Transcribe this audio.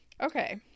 Okay